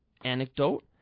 anecdote